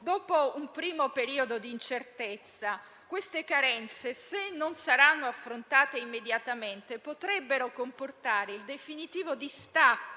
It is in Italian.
Dopo un primo periodo di incertezza, queste carenze, se non saranno affrontate immediatamente, potrebbero comportare il definitivo distacco